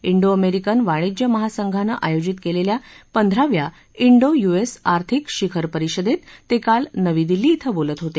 D American वाणिज्य महासंघानं आयोजित केलेल्या पंधराव्या डी यूएस आर्थिक शिखर परिषदेत ते काल नवी दिल्ली क्वे बोलत होते